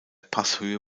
passhöhe